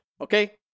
okay